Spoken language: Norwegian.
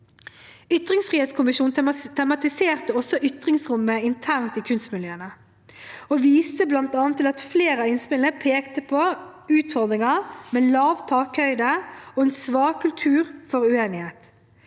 Ytringsfrihetskommisjonen tematiserte også ytringsrommet internt i kunstmiljøene og viste bl.a. til at flere av innspillene pekte på utfordringer med lav takhøyde og en svak kultur for uenighet.